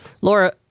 Laura